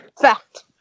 Fact